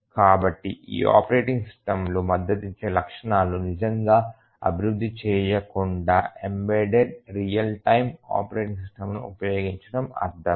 కాబట్టి ఈ ఆపరేటింగ్ సిస్టమ్లు మద్దతిచ్చే లక్షణాలను నిజంగా అభివృద్ధి చేయకుండా ఎంబెడెడ్ రియల్ టైమ్ ఆపరేటింగ్ సిస్టమ్ను ఉపయోగించడం అర్ధమే